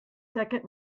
second